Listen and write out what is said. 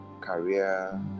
career